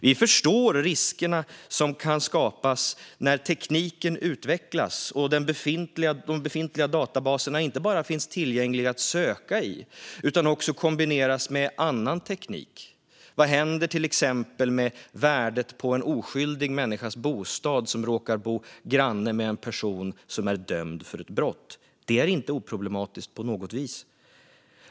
Vi förstår de risker som kan skapas när tekniken utvecklas och de befintliga databaserna inte bara finns tillgängliga att söka i utan också kombineras med annan teknik. Vad händer till exempel med värdet på bostaden för en oskyldig människa som råkar bo granne med en person som är dömd för ett brott? Det är inte oproblematiskt på något vis.